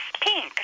pink